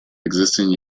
existing